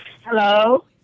Hello